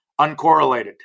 uncorrelated